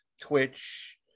Twitch